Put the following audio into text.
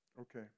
Okay